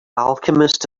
alchemist